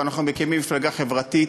אנחנו מקימים מפלגה חברתית,